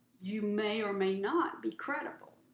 you may or may not be credible.